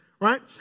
Right